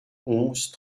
onze